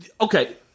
Okay